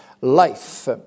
life